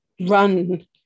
run